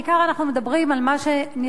בעיקר אנחנו מדברים על מה שנכנס